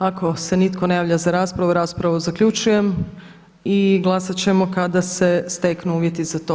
Ako se nitko ne javlja za raspravu, raspravu zaključujem i glasat ćemo kada se steknu uvjeti za to.